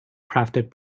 crafted